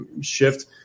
shift